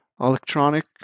electronic